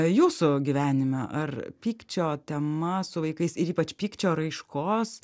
jūsų gyvenime ar pykčio tema su vaikais ir ypač pykčio raiškos